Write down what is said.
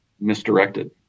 misdirected